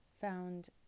found